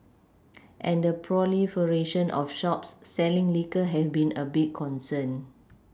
and the proliferation of shops selling liquor have been a big concern